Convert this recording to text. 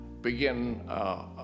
begin